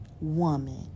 woman